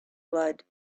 blood